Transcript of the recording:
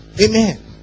amen